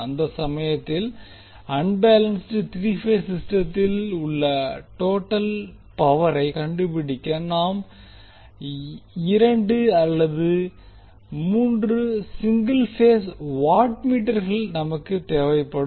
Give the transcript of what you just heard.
அந்த சமயத்தில் unbalanced three phase சிஸ்டத்தில் உள்ள டோட்டல் பவரை கண்டுபிடிக்க நாம் இரண்டு அல்லது மூன்று சிங்கிள் பேஸ் வாட்மீட்டர்கள் நமக்கு தேவைப்படும்